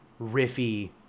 riffy